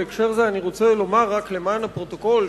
בהקשר זה אני רוצה לומר רק למען הפרוטוקול,